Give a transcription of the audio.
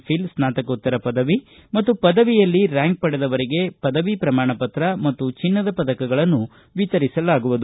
fill ಸ್ನಾತಕೋತ್ತರ ಪದವಿ ಮತ್ತು ಪದವಿಯಲ್ಲಿ ರ್ಕಾಂಕ್ ಪಡೆದವರಿಗೆ ಪದವಿ ಪ್ರಮಾಣ ಪತ್ರ ಮತ್ತು ಚಿನ್ನದ ಪದಕಗಳನ್ನು ವಿತರಿಸಲಾಗುವುದು